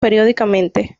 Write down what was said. periódicamente